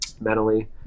mentally